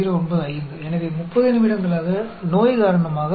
तो 0095 प्रोबेबिलिटी है कि 30 मिनट के लिए कोई भी क्लिनिक में बीमारी के कारण नहीं आया